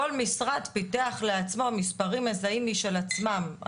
כל משרד פיתח לעצמו מספרים מזהים משל עצמם.